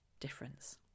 difference